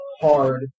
hard